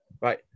Right